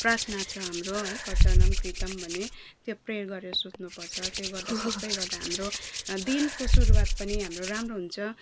प्रार्थना छ हाम्रो है कचनम क्रितम भन्ने त्यो प्रेयर गरेर सुत्नुपर्छ त्यो गर्दा सबै गर्दा हाम्रो दिनको सुरुवात पनि हाम्रो राम्रो हुन्छ